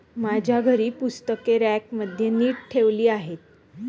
माझ्या घरी पुस्तके रॅकमध्ये नीट ठेवली आहेत